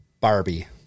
Barbie